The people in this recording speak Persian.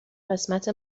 قسمت